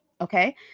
okay